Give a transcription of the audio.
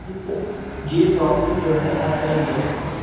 جی problem جو ہے ہر کہیں ہے